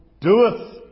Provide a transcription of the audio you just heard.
doeth